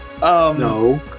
No